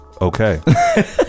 okay